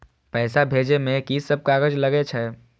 पैसा भेजे में की सब कागज लगे छै?